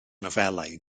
nofelau